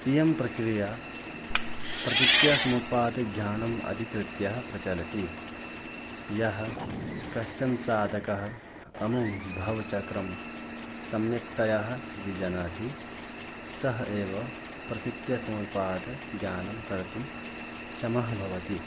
इयं प्रक्रियां प्रतीत्यसमुत्पादज्ञानम् अधिकृत्य प्रचलति यः कश्चन साधकः अमुं भवचक्रं सम्यक्तया विजानाति सः एव प्रतीत्यसमुत्पादज्ञानं कर्तुं क्षमः भवति